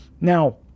Now